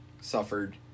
suffered